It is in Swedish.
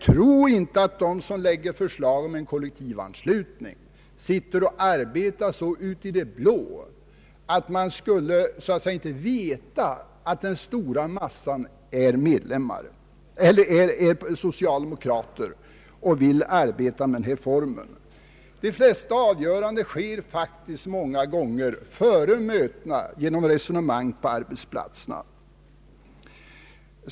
Tro inte att de som lägger förslag om kollektivanslutning arbetar så ute i det blå att de inte skulle veta att den stora massan medlemmar är socialdemokrater och därför kan arbeta med den formen. De flesta avgöranden sker faktiskt många gånger före mötena genom resonemang på arbetsplatserna.